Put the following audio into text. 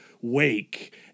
wake